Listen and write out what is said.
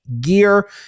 gear